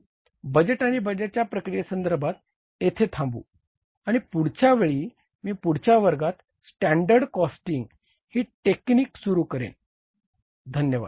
तर आपण बजेट आणि बजेट प्रक्रियेसंदर्भात येथे थांबू आणि पुढच्या वेळी मी पुढच्या वर्गात स्टॅंडर्ड कॉस्टिंग ही टेक्निक सुरु करेन धन्यवाद